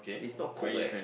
it's not cooked eh